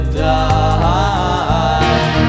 die